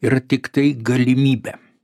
yra tiktai galimybė